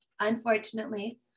Unfortunately